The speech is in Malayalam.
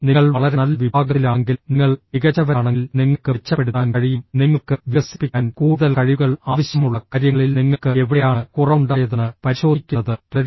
നിങ്ങൾ വളരെ നല്ല വിഭാഗത്തിലാണെങ്കിൽ നിങ്ങൾ മികച്ചവരാണെങ്കിൽ നിങ്ങൾക്ക് മെച്ചപ്പെടുത്താൻ കഴിയും നിങ്ങൾക്ക് വികസിപ്പിക്കാൻ കൂടുതൽ കഴിവുകൾ ആവശ്യമുള്ള കാര്യങ്ങളിൽ നിങ്ങൾക്ക് എവിടെയാണ് കുറവുണ്ടായതെന്ന് പരിശോധിക്കുന്നത് തുടരുക